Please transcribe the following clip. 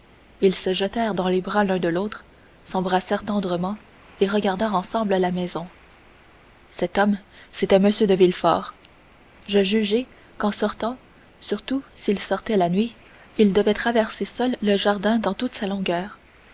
ils se jetèrent dans les bras l'un de l'autre s'embrassèrent tendrement et regagnèrent ensemble la maison cet homme c'était m de villefort je jugeai qu'en sortant surtout s'il sortait la nuit il devait traverser seul le jardin dans toute sa longueur